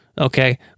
Okay